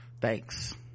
thanks